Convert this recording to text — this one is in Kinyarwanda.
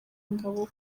ingabo